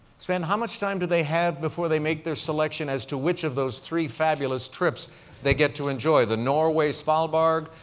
sven, how much time do they have before they make their selection as to which of those three fabulous trips they get to enjoy the norway svalbarg,